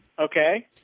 Okay